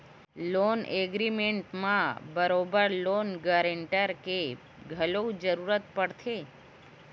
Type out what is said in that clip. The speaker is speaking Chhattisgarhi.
लोन एग्रीमेंट म बरोबर लोन गांरटर के घलो जरुरत पड़थे